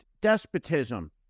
despotism